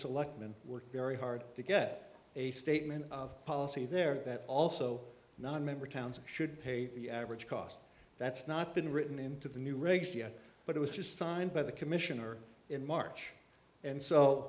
selectman worked very hard to get a statement of policy there that also nonmember towns should pay the average cost that's not been written into the new regs yet but it was just signed by the commissioner in march and so